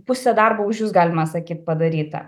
pusę darbo už jus galima sakyt padaryta